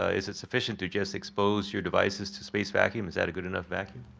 ah is it sufficient to just expose your devices to space vacuum, is that a good enough vacuum?